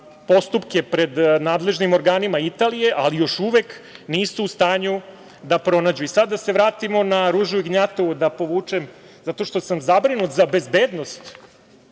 postupke pred nadležnim organima Italije, ali još uvek nisu u stanju da je pronađu. Sada da se vratimo na Ružu Ignjatovu zato što sam zabrinut za bezbednost